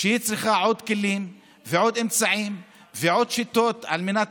שהיא צריכה עוד כלים ועוד אמצעים ועוד שיטות על מנת